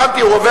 המתייחס